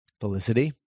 Felicity